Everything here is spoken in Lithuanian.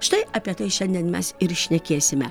štai apie tai šiandien mes ir šnekėsime